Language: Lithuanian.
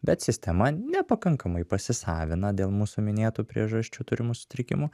bet sistema nepakankamai pasisavina dėl mūsų minėtų priežasčių turimų sutrikimų